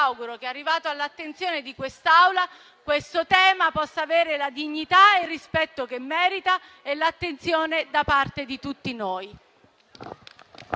auguro che, arrivato all'attenzione di quest'Assemblea, il tema possa avere la dignità e il rispetto che merita e l'attenzione da parte di tutti noi.